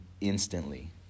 instantly